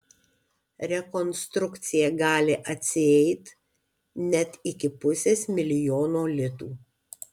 rekonstrukcija gali atsieit net iki pusės milijono litų